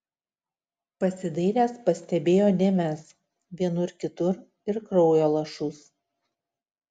pasidairęs pastebėjo dėmes vienur kitur ir kraujo lašus